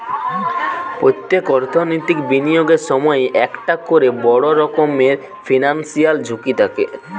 পোত্তেক অর্থনৈতিক বিনিয়োগের সময়ই একটা কোরে বড় রকমের ফিনান্সিয়াল ঝুঁকি থাকে